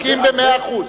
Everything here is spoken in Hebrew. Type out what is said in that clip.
מסכים במאה אחוז.